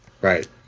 Right